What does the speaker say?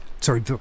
Sorry